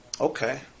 Okay